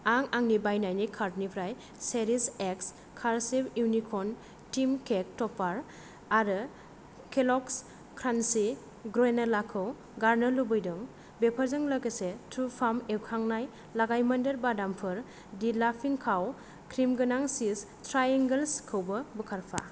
आं आंनि बायनायनि कार्दनिफ्राय चेरिश एक्स कारसिभ इउनिक'र्न थिम केक टपार आरो केल'ग्स क्रान्चि ग्रेन'ला खौ गारनो लुबैदों बेफोरजों लोगोसे त्रुफार्म एवखांनाय लगायमोन्देर बादामफोर दि लाफिं काउ क्रिमगोनां चिज ट्रायेंगोल्सखौबो बोखारफा